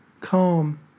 calm